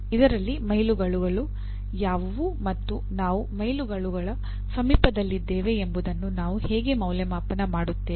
ಇದರಲ್ಲಿ ಮೈಲಿಗಲ್ಲುಗಳು ಯಾವುವು ಮತ್ತು ನಾವು ಮೈಲಿಗಲ್ಲುಗಳ ಸಮೀಪದಲ್ಲಿದ್ದೇವೆ ಎಂಬುದನ್ನು ನಾವು ಹೇಗೆ ಮೌಲ್ಯಮಾಪನ ಮಾಡುತ್ತೇವೆ